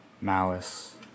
malice